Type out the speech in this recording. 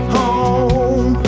home